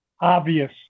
obvious